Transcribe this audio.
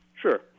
Sure